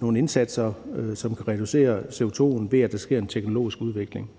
nogle indsatser, som kan reducere CO2-udledningen ved, at der sker en teknologisk udvikling.